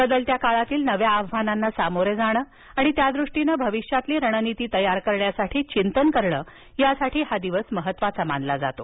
बदलत्या काळातील नव्या आव्हानांना सामोरे जाणं आणि त्यादृष्टीनं भविष्यातील रणनीती तयार करण्यासाठी चिंतन म्हणून हा दिवस महत्वाचा मानला जातो